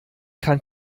kann